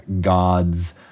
gods